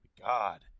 God